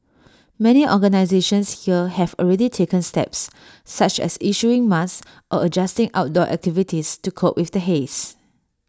many organisations here have already taken steps such as issuing masks or adjusting outdoor activities to cope with the haze